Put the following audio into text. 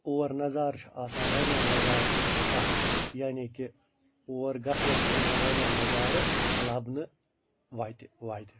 اور نظارٕ چھِ آسان وارِیاہ نظارٕ اَتھ یعنی کہِ اور گژھنس چھِ یِوان وارِیاہ نظارٕ لبنہٕ وَتہِ وَتہِ